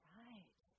right